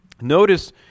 Notice